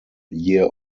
year